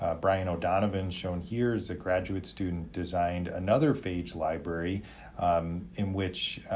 ah brian o'donovan shown here is a graduate student designed another phage library in which,